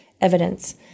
evidence